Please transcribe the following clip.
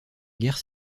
guerres